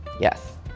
Yes